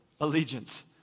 allegiance